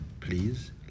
Please